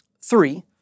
Three